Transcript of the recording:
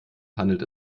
handelt